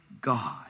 God